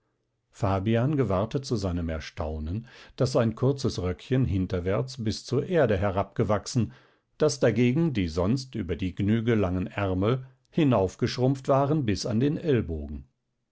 fabian gewahrte zu seinem erstaunen daß sein kurzes röckchen hinterwärts bis zur erde herabgewachsen daß dagegen die sonst über die gnüge langen ärmel hinaufgeschrumpft waren bis an den ellbogen